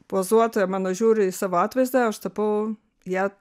pozuotoja mano žiūri į savo atvaizdą aš tapau ją